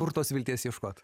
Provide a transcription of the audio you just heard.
kur tos vilties ieškot